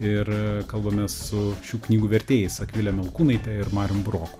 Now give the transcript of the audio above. ir kalbamės su šių knygų vertėjais akvile melkūnaite ir marium buroku